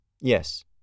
Yes